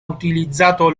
utilizzato